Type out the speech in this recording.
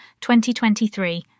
2023